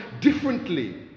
differently